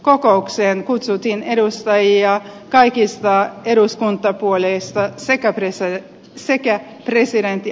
kokoukseen kutsuttiin edustajia kaikista eduskuntapuolueista sekä presidentti ahtisaari